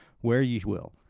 where ye will,